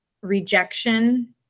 rejection